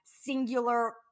singular